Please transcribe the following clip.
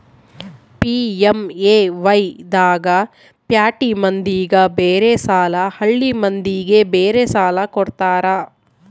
PMAY ದಾಗ ಪ್ಯಾಟಿ ಮಂದಿಗ ಬೇರೆ ಸಾಲ ಹಳ್ಳಿ ಮಂದಿಗೆ ಬೇರೆ ಸಾಲ ಕೊಡ್ತಾರ